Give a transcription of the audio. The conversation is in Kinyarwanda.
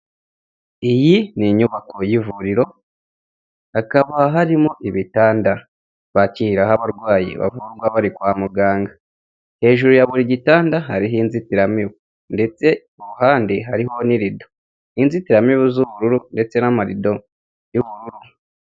Iyi ni inyubako y'ivuriro, hakaba harimo ibitanda bakiriraho abarwayi bavurwa bari kwa muganga, hejuru ya buri gitanda hariho inzitiramibu, ndetse ku ruhande hariho n'irido, ni inzitiramibu z'ubururu ndetse n'amarido y'ubururu.